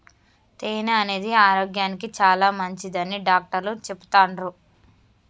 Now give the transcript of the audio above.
తేనె అనేది ఆరోగ్యానికి చాలా మంచిదని డాక్టర్లు చెపుతాన్రు